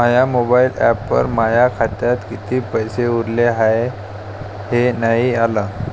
माया mobile ॲपवर माया खात्यात किती पैसे उरले हाय हे नाही आलं